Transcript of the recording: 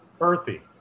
Earthy